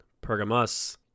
Pergamus